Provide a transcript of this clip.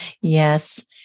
Yes